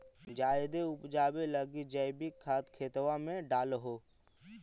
जायदे उपजाबे लगी जैवीक खाद खेतबा मे डाल हो?